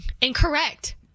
Incorrect